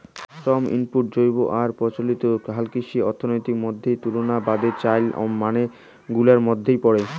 শ্রম ইনপুট জৈব আর প্রচলিত হালকৃষি অর্থনীতির মইধ্যে তুলনার বাদে চইল মানক গুলার মইধ্যে পরে